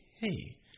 hey